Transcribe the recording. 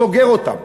סוגר אותם.